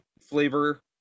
flavor